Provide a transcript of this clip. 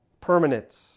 Permanent